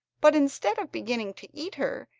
but instead of beginning to eat her,